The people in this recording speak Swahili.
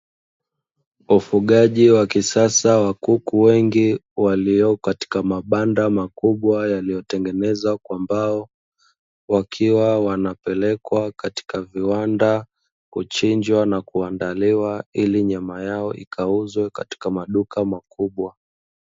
Ufugaji wa kisasa wa kuku wengi walio katika mabanda makubwa yaliyotengenezwa kwa mbao, wakiwa wanapelekwa katika viwanda kuchinjwa na kuandaliwa ili nyama yao ikauzwe katika maduka makubwa.